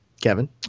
Kevin